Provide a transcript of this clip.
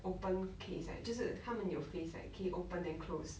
open case like 就是他们有 phase like 可以 open then close